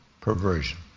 perversion